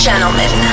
Gentlemen